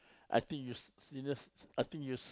I think you se~ seniors I think you